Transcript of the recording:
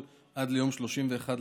2), התשפ"א 2021,